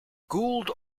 gould